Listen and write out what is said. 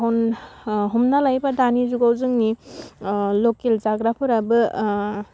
हम हमना लायोबा दानि जुगाव जोंनि लकेल जाग्राफोराबो